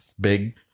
big